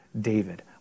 David